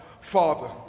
father